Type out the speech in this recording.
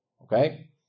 Okay